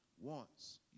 wants